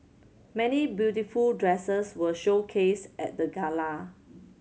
many beautiful dresses were showcased at the gala